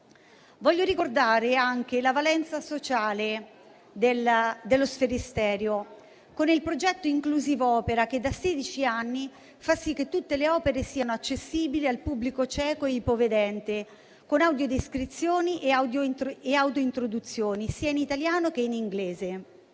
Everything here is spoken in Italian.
Voglio ricordare anche la valenza sociale dello Sferisterio, con il progetto InclusivOpera che da sedici anni fa sì che tutte le opere siano accessibili al pubblico cieco o ipovedente, con audiodescrizioni e audiointroduzioni, sia in italiano che in inglese.